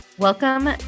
Welcome